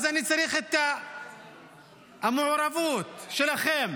אז אני צריך את המעורבות שלכם,